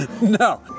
No